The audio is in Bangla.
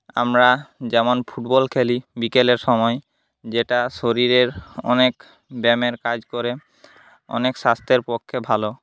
আমরা যেমন ফুটবল খেলি বিকেলের সময় যেটা শরীরের অনেক ব্যায়ামের কাজ করে অনেক স্বাস্থ্যের পক্ষে ভালো